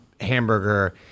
Hamburger